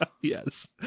Yes